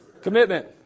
Commitment